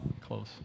close